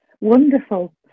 wonderful